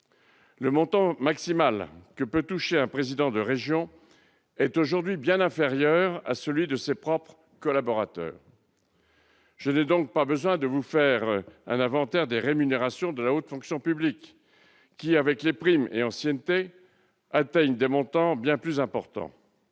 Le montant maximal que peut toucher un président de région est aujourd'hui bien inférieur à celui de ses propres collaborateurs. Je n'ai pas besoin de vous faire l'inventaire des rémunérations de la haute fonction publique, qui, avec les primes et l'ancienneté, atteignent des montants bien plus importants.